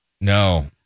No